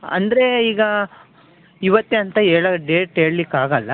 ಅಂದ್ರೆ ಈಗ ಇವತ್ತೆ ಅಂತ ಹೇಳ ಡೇಟ್ ಹೇಳ್ಲಿಕ್ ಆಗಲ್ಲ